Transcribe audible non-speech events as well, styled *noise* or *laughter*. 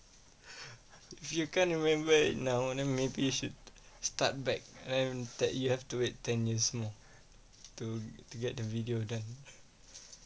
*laughs* if you can't remember it now and then maybe you should start back and that you have to wait ten years more to to get the video done